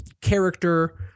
character